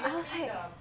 !wah!